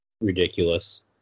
Ridiculous